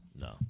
No